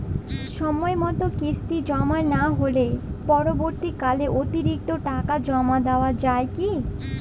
সময় মতো কিস্তি জমা না হলে পরবর্তীকালে অতিরিক্ত টাকা জমা দেওয়া য়ায় কি?